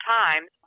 times